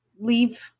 leave